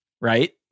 right